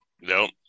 Nope